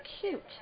cute